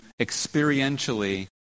experientially